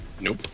Nope